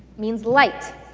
means light,